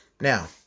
Now